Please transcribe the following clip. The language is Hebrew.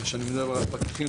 כשאני מדבר על פקחים,